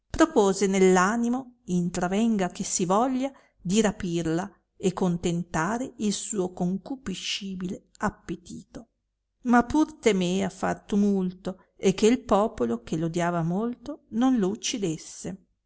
propose nell animo intravenga che si voglia di rapirla e contentare il suo concupiscibile appetito ma pur temea far tumulto e che popolo che l'odiava molto non lo uccidesse